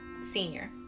senior